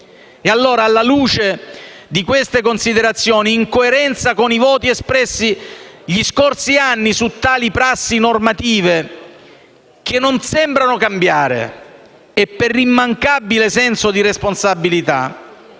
Alla luce di queste considerazioni, in coerenza con i voti espressi gli scorsi anni su tali prassi normative, che non sembrano cambiare, e per l'immancabile senso di responsabilità,